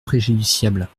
préjudiciable